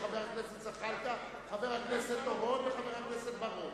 44 נגד.